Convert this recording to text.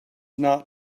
not